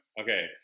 okay